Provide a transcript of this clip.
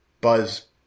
buzz